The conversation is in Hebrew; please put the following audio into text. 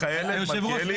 היושב ראש,